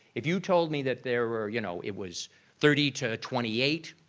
if you told me that there were, you know, it was thirty to twenty eight,